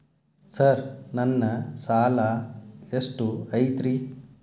Sir ನನ್ನ ಸಾಲಾ ಎಷ್ಟು ಐತ್ರಿ?